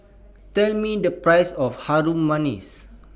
Tell Me The Price of Harum Manis